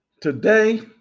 Today